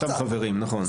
מאותם חברים, נכון.